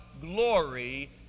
glory